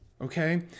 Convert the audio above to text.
Okay